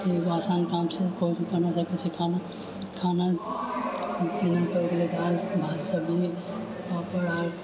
ई आसान काम छै कोइ भी बना सकै छै खाना खाना जेनाकि हो गेलै दालि भात सब्जी पापड़ आओर